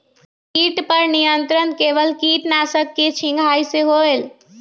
किट पर नियंत्रण केवल किटनाशक के छिंगहाई से होल?